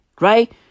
Right